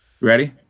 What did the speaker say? Ready